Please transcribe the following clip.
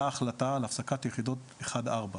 ההחלטה על הפסקת יחידות אחד ארבע.